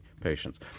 patients